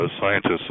scientists